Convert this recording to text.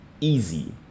easy